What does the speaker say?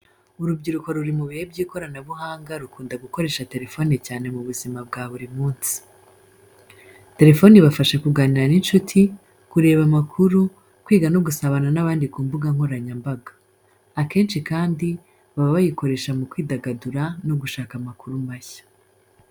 Urubyiruko ruri mu bihe by’ikoranabuhanga rukunda gukoresha telephone cyane mu buzima bwa buri munsi. Telephone ibafasha kuganira n’inshuti, kureba amakuru, kwiga no gusabana n’abandi ku mbuga nkoranyambaga. Akenshi kandi baba bayikoresha mu kwidagadura no gushaka amakuru mashya.